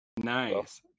Nice